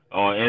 on